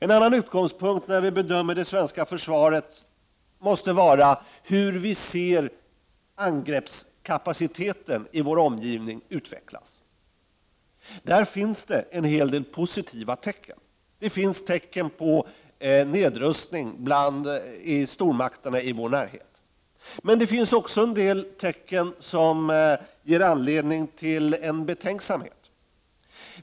En annan utgångspunkt när vi bedömer det svenska försvaret måste vara hur vi ser angreppskapaciteten i vår omgivning utvecklas. Där finns det en hel del positiva tecken. Det finns tecken på nedrustning bland stormakterna i vår närhet. Men det finns också tecken som ger anledning till betänksamhet.